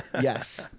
Yes